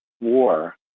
war